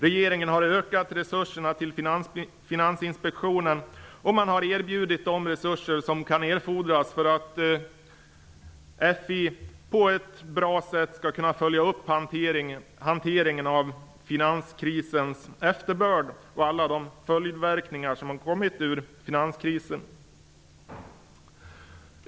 Regeringen har ökat resurserna till Finansinspektionen, och man har erbjudit de resurser som kan erfordras för att Finansinspektionen på ett bra sätt skall kunna följa upp hanteringen av finanskrisens efterbörd och alla finanskrisens följdverkningar.